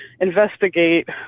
investigate